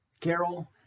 Carol